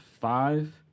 five